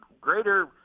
greater